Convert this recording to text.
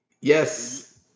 Yes